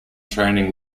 training